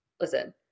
Listen